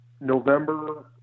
November